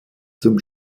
zum